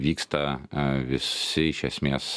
vyksta visi iš esmės